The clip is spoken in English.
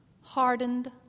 hardened